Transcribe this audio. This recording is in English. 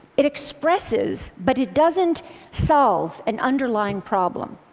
it expresses, but it doesn't solve, an underlying problem.